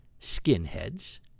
Skinheads